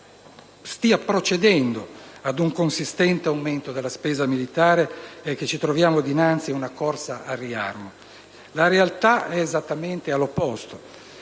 La realtà è esattamente all'opposto.